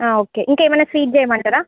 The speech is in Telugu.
ఒకే ఇంకేమన్నా స్వీట్ చెయ్యమంటారా